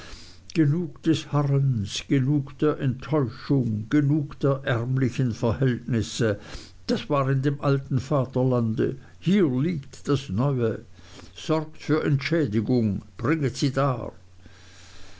genug des harrens genug der enttäuschung genug der ärmlichen verhältnisse das war in dem alten vaterlande hier liegt das neue sorgt für entschädigung bringet sie dar